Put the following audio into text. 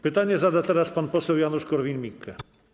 Pytanie zada teraz pan poseł Janusz Korwin-Mikke.